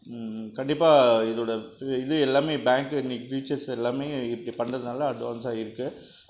கண்டிப்பாக இதோட இது எல்லாம் பேங்க்கில் இன்னைக்கி ஃபியூச்சர்ஸு எல்லாம் இப்படி பண்ணுறதுனால அட்வான்ஸாக இருக்கு